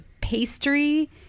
pastry